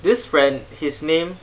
this friend his name